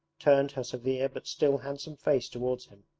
turned her severe but still handsome face towards him.